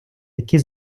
який